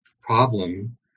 problem